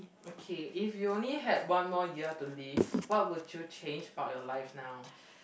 okay if you only had one more year to live what would you change about your life now